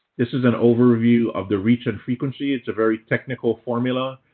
this is an overview of the reach and frequency. it's a very technical formula,